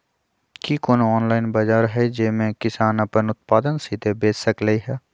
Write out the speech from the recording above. कि कोनो ऑनलाइन बाजार हइ जे में किसान अपन उत्पादन सीधे बेच सकलई ह?